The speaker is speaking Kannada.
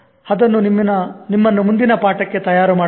ಅದು ನಿಮ್ಮನ್ನು ಮುಂದಿನ ಪಾಠಕ್ಕೆ ತಯಾರು ಮಾಡುತ್ತದೆ